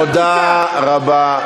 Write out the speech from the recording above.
תודה רבה.